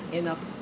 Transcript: enough